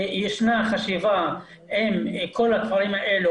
ישנה חשיבה עם כל הדברים האלה,